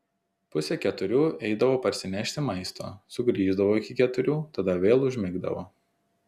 pusę keturių eidavo parsinešti maisto sugrįždavo iki keturių tada vėl užmigdavo